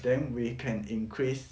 then we can increase